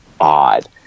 odd